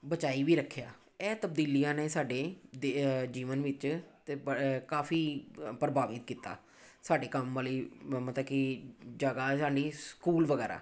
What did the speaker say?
ਬਚਾਈ ਵੀ ਰੱਖਿਆ ਇਹ ਤਬਦੀਲੀਆਂ ਨੇ ਸਾਡੇ ਦੇ ਜੀਵਨ ਵਿੱਚ ਤਾਂ ਕਾਫ਼ੀ ਪ੍ਰਭਾਵਿਤ ਕੀਤਾ ਸਾਡੇ ਕੰਮ ਵਾਲੀ ਮ ਮਤਲਬ ਕਿ ਜਗ੍ਹਾ ਜਾਣੀ ਸਕੂਲ ਵਗੈਰਾ